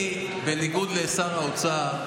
אני, בניגוד לשר האוצר,